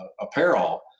apparel